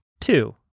Two